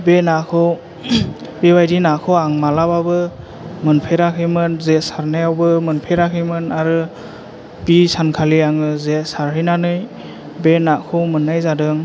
बे नाखौ बेबायदि नाखौ आं मालाबाबो मोनफेराखैमोन जे सारनायावबो मोनफेराखैमोन आरो बि सानखालि आङो जे सारहैनानै बे नाखौ मोननाय जादों